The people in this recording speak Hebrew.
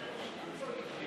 קבוצת סיעת